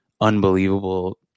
unbelievable